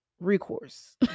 recourse